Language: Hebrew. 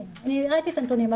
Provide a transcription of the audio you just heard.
הראיתי את הנתונים.